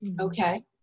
Okay